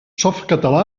softcatalà